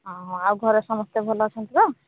ହଁ ହଁ ଆଉ ଘରେ ସମସ୍ତେ ଭଲ ଅଛନ୍ତି ତ